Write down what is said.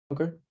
Okay